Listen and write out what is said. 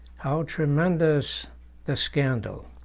how tremendous the scandal!